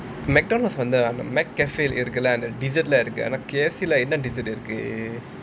McDonald's வந்து:vanthu McCafe இருக்கு அந்த:irukku antha dessert இருக்கு ஆனா:irukku aanaa K_F_C dessert என்ன இருக்கு:enna iruku